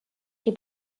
die